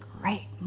great